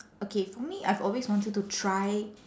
okay for me I've always wanted to try